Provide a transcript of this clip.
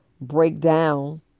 breakdown